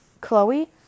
Chloe